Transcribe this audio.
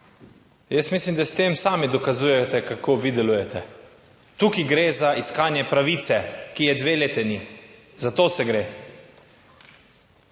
jaz mislim, da s tem sami dokazujete, kako vi delujete. Tukaj gre za iskanje pravice, ki je dve leti ni, za to se gre